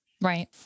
Right